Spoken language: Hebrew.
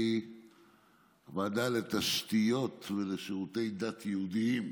מהוועדה לתשתיות ולשירותי דת יהודיים,